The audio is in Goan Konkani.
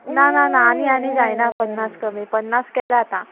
ना ना ना आनी आनी जायना पन्नास कमी पन्नास केले आतां